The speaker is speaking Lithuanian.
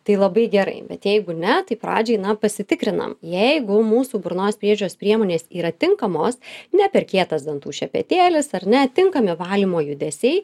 tai labai gerai bet jeigu ne tai pradžiai na pasitikrinam jeigu mūsų burnos priežiūros priemonės yra tinkamos ne per kietas dantų šepetėlis ar ne tinkami valymo judesiai